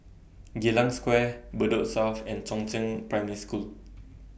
Geylang Square Bedok South and Chongzheng Primary School